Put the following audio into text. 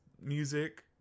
music